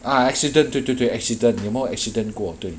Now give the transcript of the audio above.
ah accident 对对对 accident 有没有 accident 过对